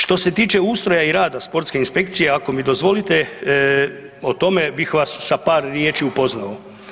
Što se tiče ustroja i rada sportske inspekcije, ako mi dozvolite o tome bih vas sa par riječi upoznao.